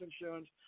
insurance